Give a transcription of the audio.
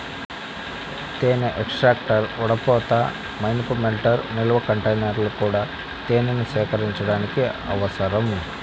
తేనె ఎక్స్ట్రాక్టర్, వడపోత, మైనపు మెల్టర్, నిల్వ కంటైనర్లు కూడా తేనెను సేకరించడానికి అవసరం